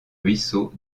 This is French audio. ruisseau